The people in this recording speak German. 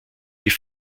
die